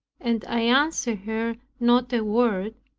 and i answered her not a word,